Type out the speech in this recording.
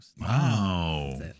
Wow